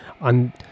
on